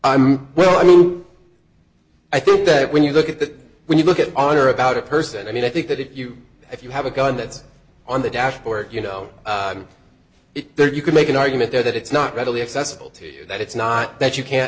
i'm well i mean i think that when you look at that when you look at it on or about a person i mean i think that if you if you have a gun that's on the dashboard you know it there you can make an argument there that it's not readily accessible to you that it's not that you can't